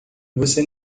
você